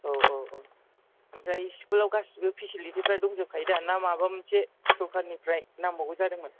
औ औ औ आमफ्राइ स्कुलाव गासैबो फेसिलिटिफोरा दंजोब खायोदा ना माबा मोनसे सरखारनिफ्राइ नांबावगौ जादोंमोन